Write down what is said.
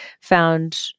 found